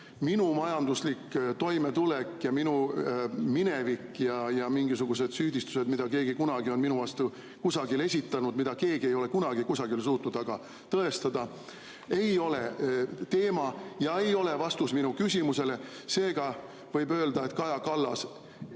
Minu majanduslik toimetulek ja minu minevik ja mingisugused süüdistused, mida keegi kunagi on minu vastu kusagil esitanud, mida keegi ei ole kunagi kusagil suutnud aga tõestada, ei ole teema ja ei ole vastus minu küsimusele. Seega võib öelda, et Kaja Kallas